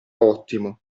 ottimo